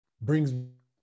brings